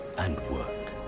and work.